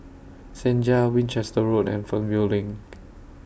Senja Winchester Road and Fernvale LINK